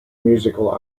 musical